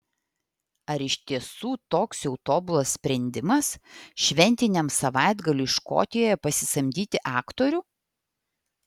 ar iš tiesų toks jau tobulas sprendimas šventiniam savaitgaliui škotijoje pasisamdyti aktorių